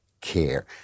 care